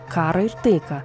karą ir taiką